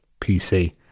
PC